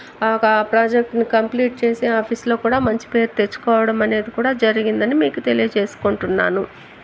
ఆ ప్రాజెక్ట్ ని కంప్లీట్ చేసి ఆఫీస్ లో కూడా మంచి పేరు తెచ్చుకోవడం అనేది కూడా జరిగింది జరిగిందని మీకు తెలియజేసుకుంటున్నాను